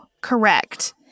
Correct